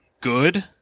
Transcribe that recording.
good